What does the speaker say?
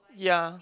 ya